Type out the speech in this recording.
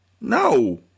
No